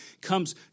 comes